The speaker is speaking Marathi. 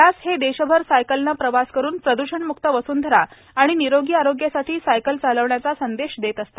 व्यास हे देशभर सायकलने प्रवास करून प्रद्षणम्क्त वस्ंधरा आणि निरोगी आरोग्यासाठी सायकल चालवण्याचा संदेश देत असतात